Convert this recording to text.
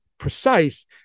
precise